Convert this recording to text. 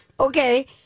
Okay